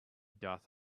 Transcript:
doth